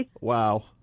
Wow